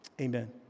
Amen